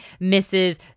Mrs